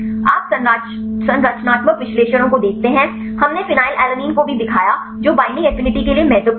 आप संरचनात्मक विश्लेषणों को देखते हैं हमने फिनाइललाइन को भी दिखाया जो बईंडिंग एफिनिटी के लिए महत्वपूर्ण है